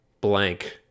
blank